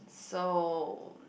so